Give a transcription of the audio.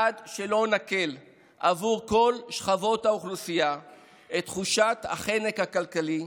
עד שלא נקל עבור כל שכבות האוכלוסייה את תחושת החנק הכלכלי,